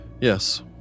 Yes